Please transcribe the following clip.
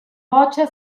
voce